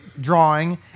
drawing